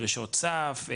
דרישות סף,